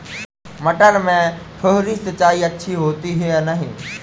मटर में फुहरी सिंचाई अच्छी होती है या नहीं?